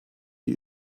die